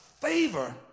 favor